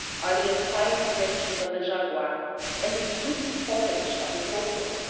are the aspiring branches of the jagua and the drooping foliage of the cocoa,